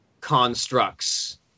constructs